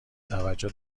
توجه